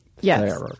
Yes